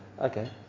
Okay